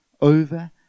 over